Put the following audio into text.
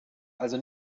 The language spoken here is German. also